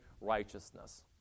righteousness